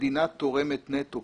כמדינה תורמת נטו,